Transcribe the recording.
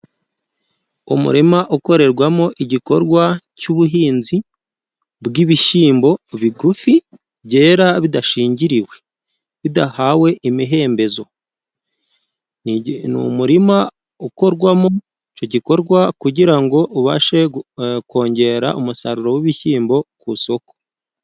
Umurima ukorerwamo igikorwa cy'ubuhinzi bw'ibishyimbo bigufi, byera bidashingiriwe, bidahawe imihembezo. Ni umurima ukorwamo icyo gikorwa kugira ngo ubashe kongera umusaruro w'ibishyimbo ku soko.